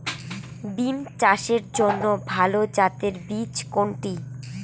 বিম চাষের জন্য ভালো জাতের বীজ কোনটি?